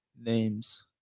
Names